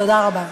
תודה רבה.